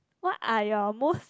what are your most